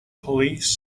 police